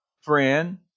friend